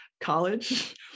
college